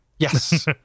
Yes